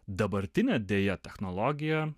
dabartinė deja technologija